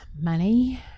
money